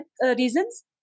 reasons